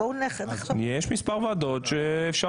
בואו נחשוב -- אז יש מספר ועדות ואפשר